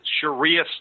Sharia